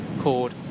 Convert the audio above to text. called